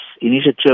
initiative